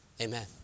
Amen